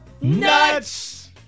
Nuts